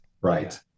Right